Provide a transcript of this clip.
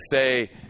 say